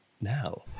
now